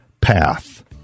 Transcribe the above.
path